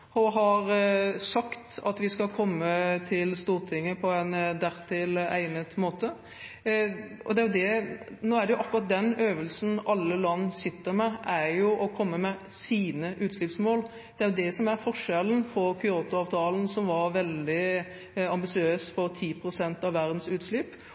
skal komme til Stortinget på en dertil egnet måte. Og det er jo akkurat den øvelsen alle land sitter med: å komme med sine utslippsmål. Det er det som er forskjellen på Kyoto-avtalen, som var veldig ambisiøs for 10 pst. av verdens utslipp,